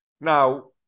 Now